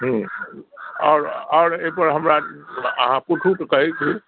हूँ आओर आओर एहि पर हमरा अहाँ पुछू तऽ कहै छी